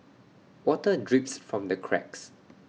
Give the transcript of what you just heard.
water drips from the cracks